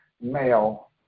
male